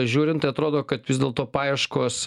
žiūrint tai atrodo kad vis dėlto paieškos